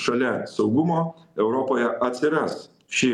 šalia saugumo europoje atsiras ši